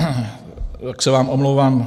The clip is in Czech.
Tak se vám omlouvám.